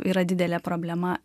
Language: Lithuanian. yra didelė problema